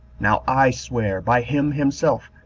now i swear by him himself,